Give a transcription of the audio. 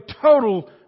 total